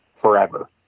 forever